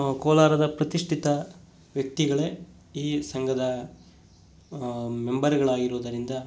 ಕೋಲಾರದ ಪ್ರತಿಷ್ಠಿತ ವ್ಯಕ್ತಿಗಳೇ ಈ ಸಂಘದ ಮೆಂಬರ್ಗಳಾಗಿರುವುದರಿಂದ